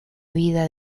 vida